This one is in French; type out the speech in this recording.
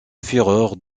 fureur